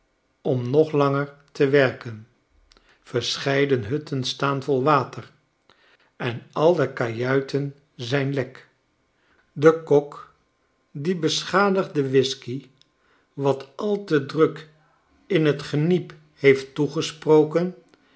om nog langer te werken verscheiden hutten staan vol water en al de kajuiten zijn lek de kok die beschadigde whiskey wat al te druk in t geniep heeft toegesproken